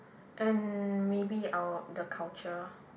and maybe our the culture